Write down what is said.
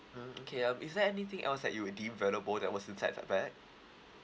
mm okay um is there anything else that you deemed valuable that was inside the bag